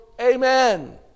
Amen